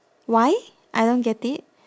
why I don't get it